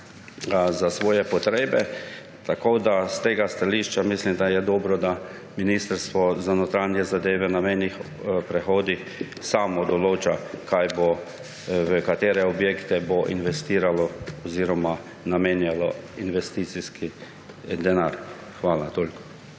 za svoje potrebe. S tega stališča mislim, da je dobro, da Ministrstvo za notranje zadeve na mejnih prehodih samo določa, v katere objekte bo investiralo oziroma jim namenjalo investicijski denar. Toliko.